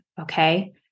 Okay